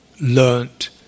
learnt